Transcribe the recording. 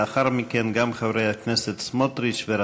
לאחר מכן, גם חברי הכנסת סמוטריץ וגטאס.